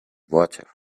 water